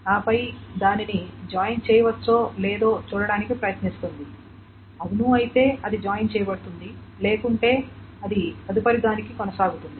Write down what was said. ఆపై దానిని జాయిన్ చేయవచ్చో లేదో చూడడానికి ప్రయత్నిస్తుంది అవును అయితే అది జాయిన్ చేయబడుతుంది లేకుంటే అది తదుపరిదానికి కొనసాగుతుంది